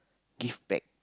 give back